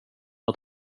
att